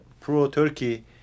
pro-Turkey